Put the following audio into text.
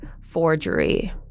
forgery